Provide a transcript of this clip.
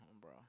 bro